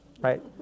right